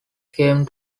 came